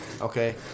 okay